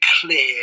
clear